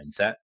mindset